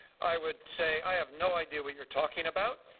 i would say i have no idea what you are talking about.